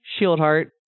Shieldheart